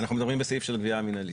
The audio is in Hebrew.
אנחנו מדברים בסעיף של גבייה מינהלית.